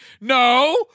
no